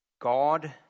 God